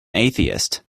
atheist